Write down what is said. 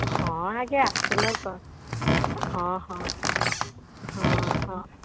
ହଁ ଆଗେ ଆସନ୍ତୁ ଆଗ ହଁ ହଁ ହଁ ହଁ